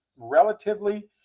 Relatively